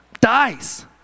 Dies